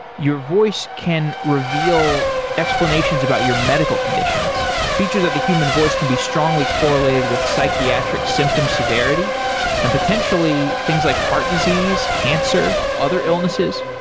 your voice can reveal explanations about your medical conditions. features of the human voice can be strongly correlated with psychiatric symptom severity and potentially things like heart disease, cancer, other illnesses.